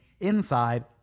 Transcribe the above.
inside